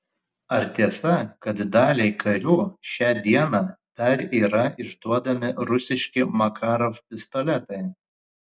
ar tiesa kad daliai karių šią dieną dar yra išduodami rusiški makarov pistoletai